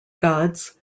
gods